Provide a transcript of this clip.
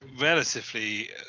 relatively